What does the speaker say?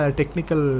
technical